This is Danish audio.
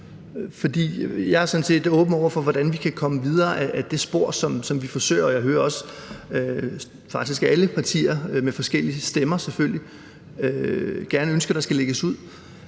set åben over for, hvordan vi kan komme videre ad det spor, som vi forsøger, og jeg hører faktisk også alle partier – selvfølgelig med forskellige stemmer – ønske, at der skal lægges ud,